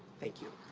thank you.